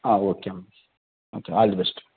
ఆ okay all the best